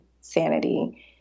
sanity